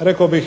rekao bih